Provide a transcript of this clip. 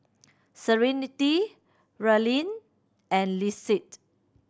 Serenity Raelynn and Lissette